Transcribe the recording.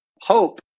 hope